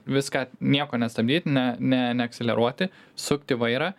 viską nieko nestabdyt ne ne neakseleruoti sukti vairą